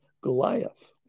Goliath